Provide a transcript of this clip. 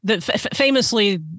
famously